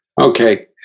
Okay